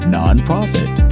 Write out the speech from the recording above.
nonprofit